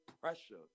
pressure